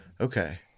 Okay